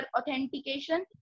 authentication